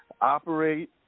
operate